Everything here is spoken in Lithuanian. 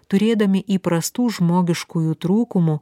turėdami įprastų žmogiškųjų trūkumų